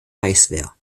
reichswehr